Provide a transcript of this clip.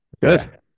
Good